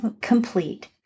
complete